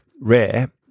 rare